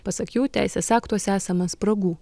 pasak jų teisės aktuose esama spragų